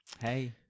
hey